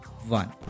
One